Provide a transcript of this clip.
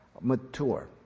mature